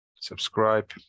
subscribe